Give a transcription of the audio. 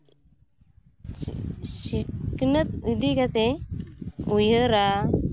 ᱥᱤᱠᱷᱱᱟᱹᱛ ᱤᱫᱤ ᱠᱟᱛᱮᱫ ᱩᱭᱦᱟᱹᱨᱟ